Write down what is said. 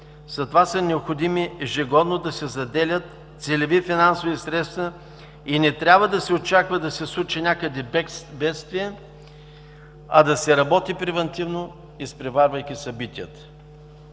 затова са необходими ежегодно да се заделят целеви финансови средства и не трябва да се очаква да се случи някъде бедствие, а да се работи превантивно, изпреварвайки събитията.